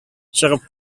чыгып